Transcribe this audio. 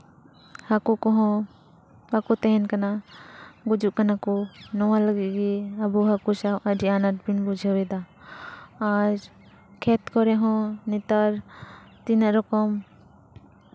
ᱦᱟᱹᱠᱩ ᱠᱚᱦᱚᱸ ᱵᱟᱠᱚ ᱛᱟᱦᱮᱱ ᱠᱟᱱᱟ ᱜᱩᱡᱩᱜ ᱠᱟᱱᱟ ᱠᱚ ᱱᱚᱣᱟ ᱞᱟᱹᱜᱤᱫ ᱜᱮ ᱟᱵᱚ ᱦᱟᱹᱠᱩ ᱥᱟᱵ ᱟᱹᱰᱤ ᱟᱱᱟᱴ ᱵᱚᱱ ᱵᱩᱡᱷᱟᱹᱣᱮᱫᱟ ᱟᱨ ᱠᱷᱮᱛ ᱠᱚᱨᱮ ᱦᱚᱸ ᱱᱮᱛᱟᱨ ᱛᱤᱱᱟᱹᱜ ᱨᱚᱠᱚᱢ